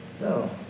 No